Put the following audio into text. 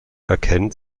erkennt